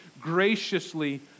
graciously